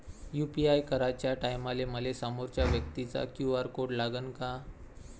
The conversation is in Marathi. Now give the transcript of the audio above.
यू.पी.आय कराच्या टायमाले मले समोरच्या व्यक्तीचा क्यू.आर कोड लागनच का?